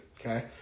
okay